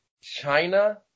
China